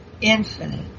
infinite